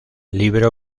libro